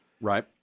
Right